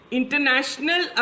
international